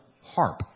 harp